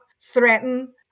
threaten